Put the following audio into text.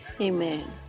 Amen